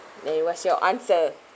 then what's your answer